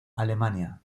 alemania